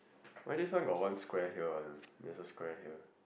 why this one got one square here [one] there's a square here